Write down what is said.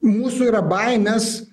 mūsų yra baimės